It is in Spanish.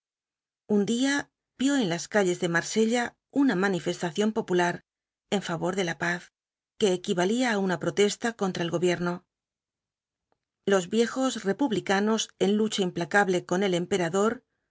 un día vio en las calles de marsella una manifestación popular en favor de la paz que equivalía á una protesta contra el gobierno los viejos republicanos en lucha implacable con el emperador